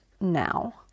now